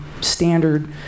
standard